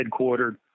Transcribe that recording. headquartered